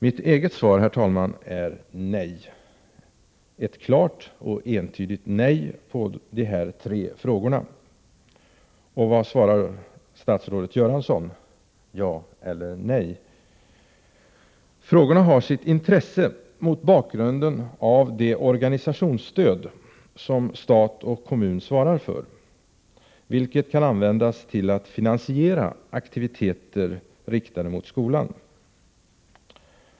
Mitt eget svar, herr talman, är nej — ett klart och entydigt nej på de här tre frågorna. Vad svarar statsrådet Göransson — ja eller nej? Frågorna har sitt intresse mot bakgrund av det organisationsstöd som stat och kommun svarar för, vilket kan användas till att finansiera aktiviteter riktade mot skolan.